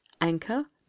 anchor